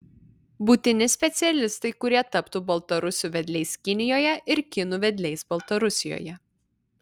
būtini specialistai kurie taptų baltarusių vedliais kinijoje ir kinų vedliais baltarusijoje